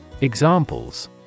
Examples